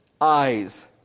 eyes